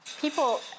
people